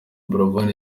buravan